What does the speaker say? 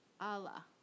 Allah